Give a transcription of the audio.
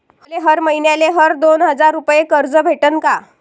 मले हर मईन्याले हर दोन हजार रुपये कर्ज भेटन का?